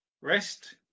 rest